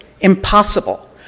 impossible